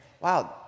wow